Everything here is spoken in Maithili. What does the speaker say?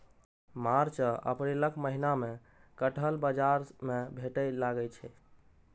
मार्च आ अप्रैलक महीना मे कटहल बाजार मे भेटै लागै छै